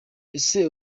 ese